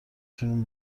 تونیم